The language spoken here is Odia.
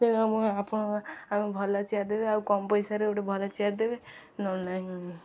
ତେଣୁ ମୁଁ ଆପଣ ଆମେ ଭଲ ଚେଆର ଦେବେ ଆଉ କମ୍ ପଇସାରେ ଗୋଟେ ଭଲ ଚେଆର ଦେବେ ନହେଲେ ନାଇଁ